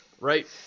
right